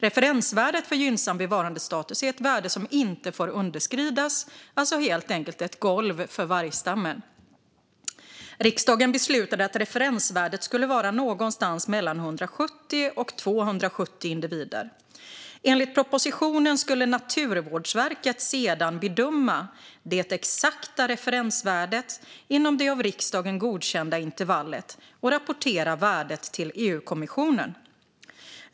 Referensvärdet för gynnsam bevarandestatus är ett värde som inte får underskridas, alltså helt enkelt ett golv för vargstammen. Riksdagen beslutade att referensvärdet skulle vara någonstans mellan 170 och 270 individer. Enligt propositionen skulle Naturvårdsverket sedan bedöma det exakta referensvärdet inom det av riksdagen godkända intervallet och rapportera värdet till EU-kommissionen.